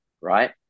right